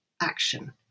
action